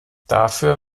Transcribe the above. dafür